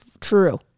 True